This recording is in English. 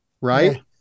Right